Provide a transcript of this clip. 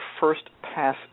first-pass